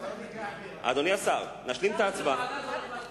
אדוני השר, נשלים את ההצבעה.